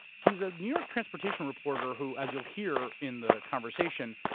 he's a new york transportation reporter who, as you'll hear in the conversation,